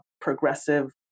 progressive